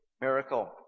miracle